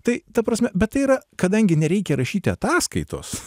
tai ta prasme bet tai yra kadangi nereikia rašyti ataskaitos